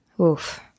Oof